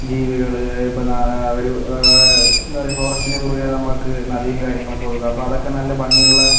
ജീവികള് ഇപ്പം നാ ഒരു എന്താ പറയുക ഫോറസ്റ്റിന് കുറുകെ നമക്ക് നടിയും കാര്യങ്ങളൊക്കെ ഒഴുകും അപ്പോൾ അതൊക്കെ നല്ല ഭംഗിയുള്ള